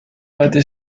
patio